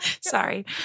Sorry